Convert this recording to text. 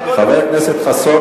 חבר הכנסת חסון,